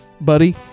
buddy